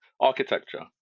Architecture